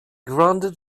granted